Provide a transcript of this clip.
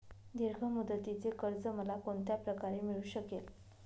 दीर्घ मुदतीचे कर्ज मला कोणत्या प्रकारे मिळू शकेल?